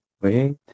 wait